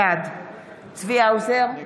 בעד צבי האוזר,